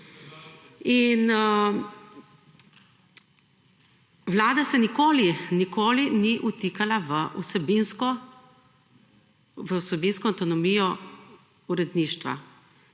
Vlada se nikoli ni vtikal v vsebinsko avtonomijo uredništva.